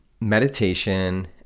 meditation